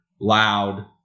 Loud